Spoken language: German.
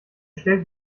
stellt